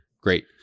great